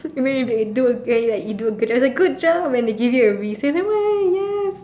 you mean if you do like like you do a good job then they're like good job and they give you a Reese then yes